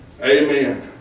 Amen